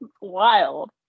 Wild